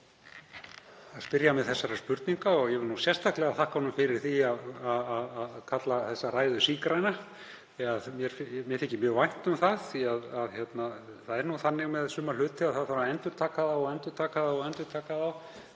að spyrja mig þessara spurninga og ég vil sérstaklega þakka honum fyrir það að kalla þessa ræðu sígræna. Mér þykir mjög vænt um það því að það er nú þannig með suma hluti að það þarf að endurtaka þá og endurtaka þangað til